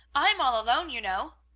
i'm all alone, you know.